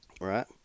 Right